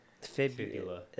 Fibula